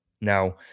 Now